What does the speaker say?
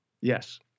yes